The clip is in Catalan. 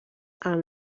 amb